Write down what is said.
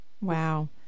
Wow